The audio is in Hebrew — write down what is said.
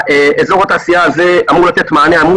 אזור התעשייה הזה אמור לתת מענה אמרו